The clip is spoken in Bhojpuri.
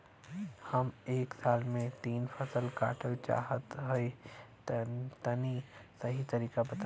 हम एक साल में तीन फसल काटल चाहत हइं तनि सही तरीका बतावा?